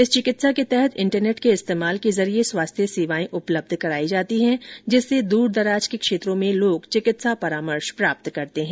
इस चिकित्सा के तहत इंटरनेट के इस्तेमाल के जरिये स्वास्थ्य सेवाएं उपलब्ध कराई जाती हैं जिससे दूर दराज के क्षेत्रों में लोग चिकित्सा परामर्श प्राप्त करते हैं